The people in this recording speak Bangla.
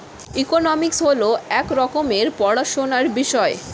ইকোনমিক্স হল এক রকমের পড়াশোনার বিষয়